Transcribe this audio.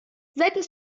seitens